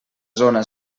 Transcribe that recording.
zona